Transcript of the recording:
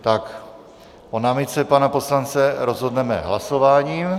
O námitce pana poslance rozhodneme hlasováním.